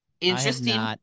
Interesting